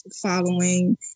following